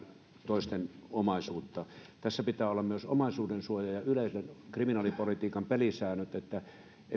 toisten omaisuutta tässä pitää olla myös omaisuudensuoja ja yleiset kriminaalipolitiikan pelisäännöt emme